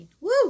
Woo